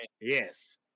Yes